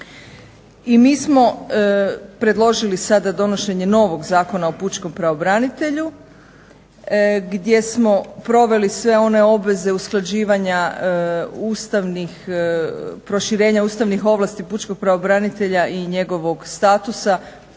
I mi smo predložili sada donošenje novog Zakona o pučkom pravobranitelju gdje smo proveli sve one obaveze usklađivanja ustavnih, proširenja ustavnih ovlasti pučkog pravobranitelja i njegovog statusa,